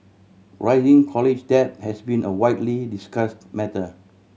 rising college debt has been a widely discussed matter